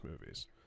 movies